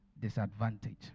disadvantage